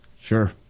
Sure